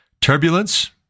Turbulence